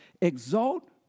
exalt